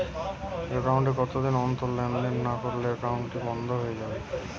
Account এ কতদিন অন্তর লেনদেন না করলে একাউন্টটি কি বন্ধ হয়ে যাবে?